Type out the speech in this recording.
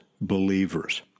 believers